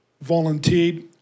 volunteered